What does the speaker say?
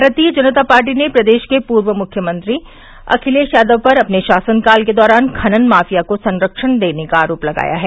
भारतीय जनता पार्टी ने प्रदेश के पूर्व मुख्यमंत्री अखिलेश यादव पर अपने शासन काल के दौरान खनन माफिया को संरक्षण देने का आरोप लगाया है